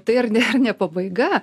tai ir ir ne pabaiga